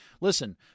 listen